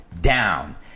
down